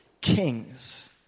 kings